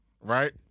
Right